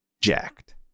jacked